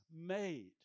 made